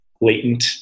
latent